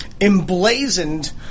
Emblazoned